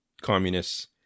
communists